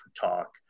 talk